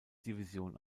division